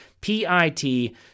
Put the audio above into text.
P-I-T